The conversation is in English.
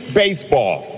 baseball